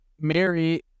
Mary